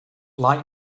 like